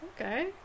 okay